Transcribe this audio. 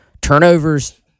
Turnovers